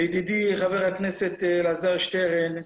לידידי חבר הכנסת אלעזר שטרן,